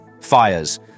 fires